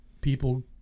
people